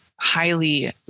highly